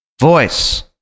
Voice